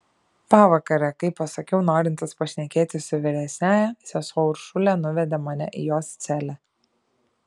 pavakare kai pasakiau norintis pašnekėti su vyresniąja sesuo uršulė nuvedė mane į jos celę